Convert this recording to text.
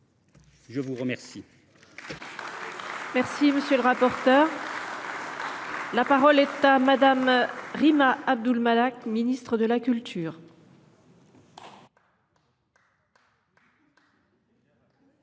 à vous remercier